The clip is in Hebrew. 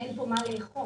אין פה מה לאכוף.